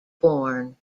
born